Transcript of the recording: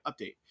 update